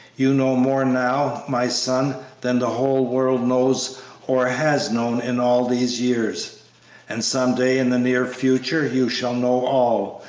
you know more now, my son, than the whole world knows or has known in all these years and some day in the near future you shall know all,